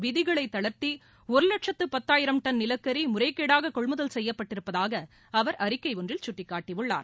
விதிகளை தளர்த்தி ஒரு லட்சத்து பத்தாயிரம் டன் நிலக்கரி முறைகேடாக கொள்முதல் செய்யப்பட்டிருப்பதாக அவர் அறிக்கை ஒன்றில் சுட்டிக்காட்டியுள்ளார்